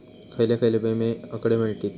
खयले खयले विमे हकडे मिळतीत?